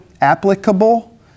applicable